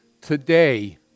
Today